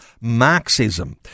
Marxism